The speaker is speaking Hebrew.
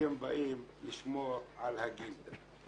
אתם באים לשמור על הגילדה.